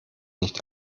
nicht